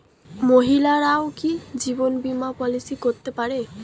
মহিলারাও কি জীবন বীমা পলিসি করতে পারে?